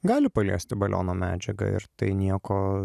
gali paliesti baliono medžiagą ir tai nieko